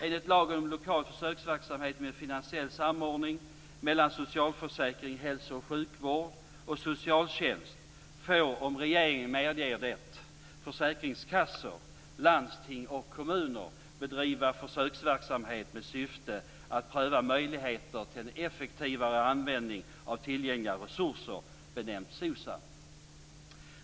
Enligt lagen om lokal försöksverksamhet med finansiell samordning mellan socialförsäkring, hälsooch sjukvård och socialtjänst får, om regeringen medger det, försäkringskassor, landsting och kommuner bedriva försöksverksamhet med syfte att pröva möjligheterna till en effektivare användning av tillgängliga resurser. Detta benämns SOCSAM.